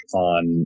on